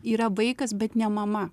yra vaikas bet ne mama